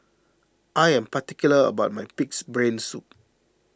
I am particular about my Pig's Brain Soup